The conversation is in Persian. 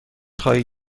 خواهی